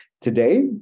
today